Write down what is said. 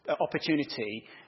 opportunity